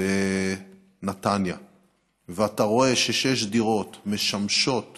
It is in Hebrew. בנתניה ואתה רואה ששש דירות משמשות